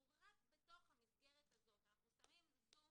אנחנו רק בתוך המסגרת הזו שמים zoom